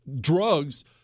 drugs